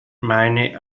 meine